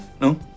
No